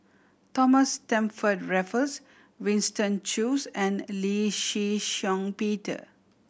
Thomas Stamford Raffles Winston Choos and Lee Shih Shiong Peter